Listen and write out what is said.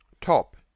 Top